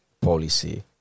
policy